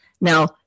Now